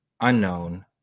unknown